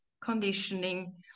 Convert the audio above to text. conditioning